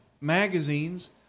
magazines